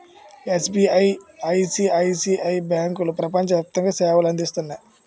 SBI, ICICI బ్యాంకులో ప్రపంచ వ్యాప్తంగా సేవలు అందిస్తున్నాయి